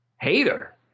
Hater